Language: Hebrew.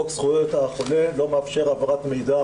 חוק זכויות החולה לא מאפשר העברת מידע